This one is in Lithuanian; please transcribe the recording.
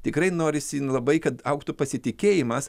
tikrai norisi nu labai kad augtų pasitikėjimas